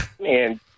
man